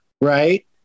Right